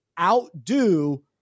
outdo